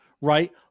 right